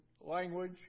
language